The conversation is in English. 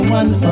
one